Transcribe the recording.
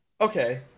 Okay